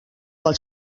pel